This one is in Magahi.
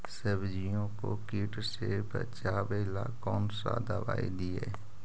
सब्जियों को किट से बचाबेला कौन सा दबाई दीए?